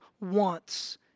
wants